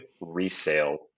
resale